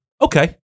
Okay